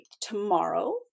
Tomorrow